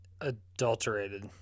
adulterated